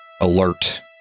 alert